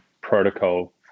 protocol